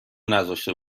نذاشته